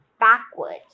backwards